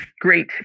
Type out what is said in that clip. great